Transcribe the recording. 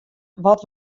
wat